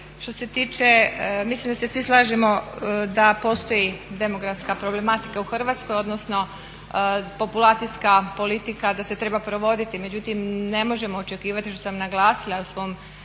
što se tiče mislim da se svi slažemo da postoji demografska problematika u Hrvatskoj, odnosno populacijska politika da se treba provoditi, međutim ne možemo očekivati što sam naglasila i u svom